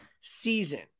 season